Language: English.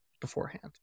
beforehand